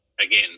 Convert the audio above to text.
Again